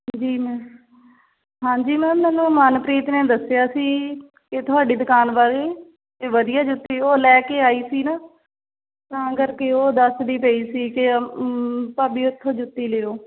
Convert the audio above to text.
ਜਿਵੇਂ ਹਾਂਜੀ ਮੈਮ ਮੈਨੂੰ ਮਨਪ੍ਰੀਤ ਨੇ ਦੱਸਿਆ ਸੀ ਕਿ ਤੁਹਾਡੀ ਦੁਕਾਨ ਬਾਰੇ ਅਤੇ ਵਧੀਆ ਜੁੱਤੀ ਉਹ ਲੈ ਕੇ ਆਈ ਸੀ ਨਾ ਤਾਂ ਕਰਕੇ ਉਹ ਦੱਸਦੀ ਪਈ ਸੀ ਕਿ ਭਾਬੀ ਉੱਥੋਂ ਜੁੱਤੀ ਲਿਓ